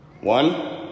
One